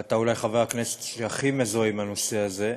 אתה אולי חבר הכנסת שהכי מזוהה עם הנושא הזה,